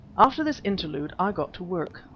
after this interlude i got to work.